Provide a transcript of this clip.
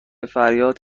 فریاد